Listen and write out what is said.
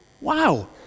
wow